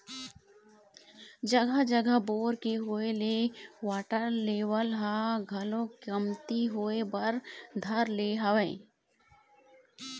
जघा जघा बोर के होय ले वाटर लेवल ह घलोक कमती होय बर धर ले हवय